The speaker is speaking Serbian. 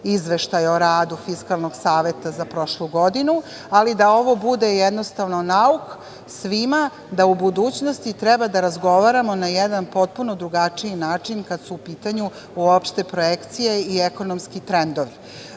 izveštaj o radu Fiskalnog saveta za prošlu godinu, ali da ovo bude jednostavno nauk svima da u budućnosti treba da razgovaramo na jedan potpuno drugačiji način kada su u pitanju uopšte projekcije i ekonomski